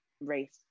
race